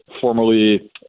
formerly